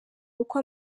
uko